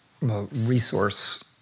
resource